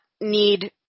need